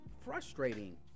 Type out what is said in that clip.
frustrating